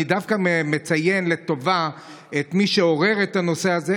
אני דווקא מציין לטובה את מי שעורר את הנושא הזה,